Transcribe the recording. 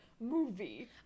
movie